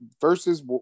versus